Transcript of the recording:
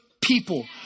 people